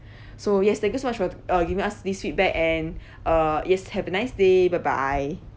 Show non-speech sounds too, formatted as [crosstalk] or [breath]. so yes thank you so much for uh giving us this feedback and [breath] uh yes have a nice day bye bye